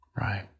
Right